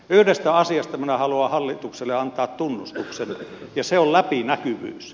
yhdestä asiasta minä haluan hallitukselle antaa tunnustuksen ja se on läpinäkyvyys